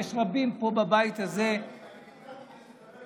יש רבים פה, בבית הזה, הרב גפני,